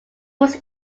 was